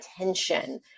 attention